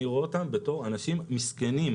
אני רואה אותם בתור אנשים מסכנים,